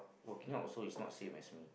working out is also not same as me